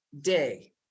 day